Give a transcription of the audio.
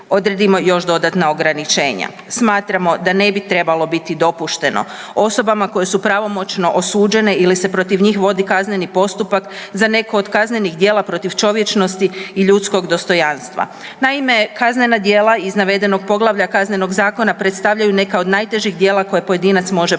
odredimo još dodatna ograničenja. Smatramo da ne bi trebalo biti dopušteno osobama koje su pravomoćno osuđene ili se protiv njih vodi kazneni postupak za neko od kaznenih djela protiv čovječnosti i ljudskog dostojanstva. Naime, kaznena djela iz navedenog poglavlja Kaznenog zakona predstavljaju neka od najtežih djela koje pojedinac može počiniti.